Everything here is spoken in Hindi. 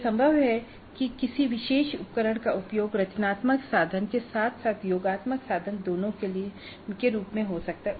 यह संभव है कि किसी विशेष उपकरण का उपयोग रचनात्मक साधन के साथ साथ योगात्मक साधन दोनों के रूप में किया जाता है